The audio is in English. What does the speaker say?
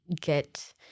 get